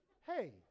Hey